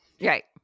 Right